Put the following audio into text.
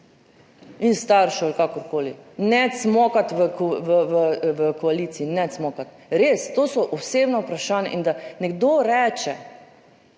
in staršev ali kakorkoli, ne cmokat v koaliciji, ne cmokat. Res, to so osebna vprašanja in da nekdo reče,